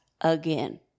again